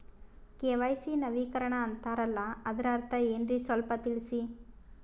KYC ನವೀಕರಣ ಅಂತಾರಲ್ಲ ಅದರ ಅರ್ಥ ಏನ್ರಿ ಸ್ವಲ್ಪ ತಿಳಸಿ?